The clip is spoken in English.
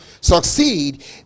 succeed